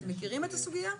אתם מכירים את הסוגיה?